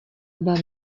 byla